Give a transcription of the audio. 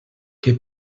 que